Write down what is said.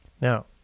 now